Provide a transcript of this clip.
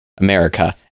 america